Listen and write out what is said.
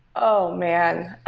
oh man!